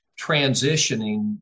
transitioning